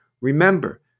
Remember